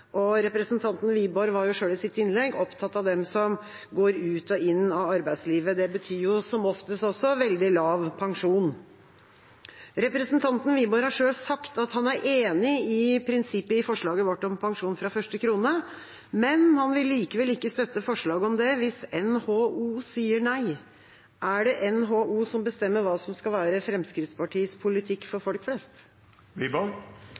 krone. Representanten Wiborg var selv i sitt innlegg opptatt av dem som går ut og inn av arbeidslivet. Det betyr som oftest også veldig lav pensjon. Representanten Wiborg har selv sagt at han er enig i prinsippet i forslaget vårt om pensjon fra første krone, men han vil likevel ikke støtte forslag om det hvis NHO sier nei. Er det NHO som bestemmer hva som skal være Fremskrittspartiets politikk for